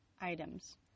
items